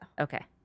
Okay